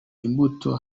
imbuto